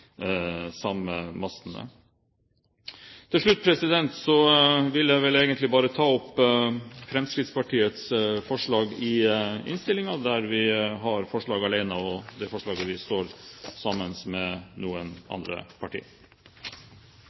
samme mastene. Til slutt vil jeg ta opp Fremskrittspartiets forslag i innstillingen, og det forslaget vi står sammen med noen andre